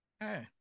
Hey